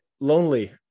lonely